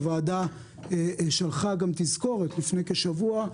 הוועדה שלחה תזכורת לפני כשבוע,